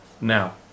now